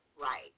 right